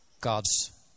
God's